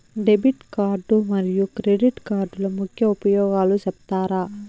Debit card మరియు credit కార్డుల ముఖ్య ఉపయోగాలు సెప్తారా?